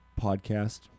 podcast